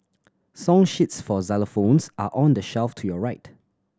song sheets for xylophones are on the shelf to your right